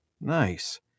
Nice